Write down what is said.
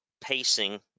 pacing